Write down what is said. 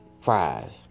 Fries